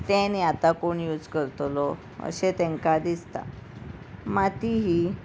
तें आनी आतां कोण यूज करतलो अशें तेंकां दिसता माती ही